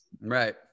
right